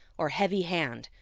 or heavy hand,